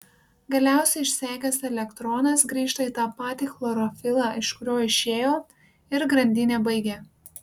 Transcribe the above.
galiausiai išsekęs elektronas grįžta į tą patį chlorofilą iš kurio išėjo ir grandinę baigia